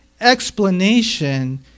explanation